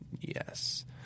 Yes